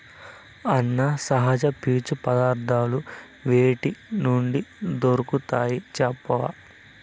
అన్నా, సహజ పీచు పదార్థాలు వేటి నుండి దొరుకుతాయి చెప్పవా